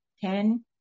ten